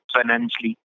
financially